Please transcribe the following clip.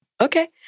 Okay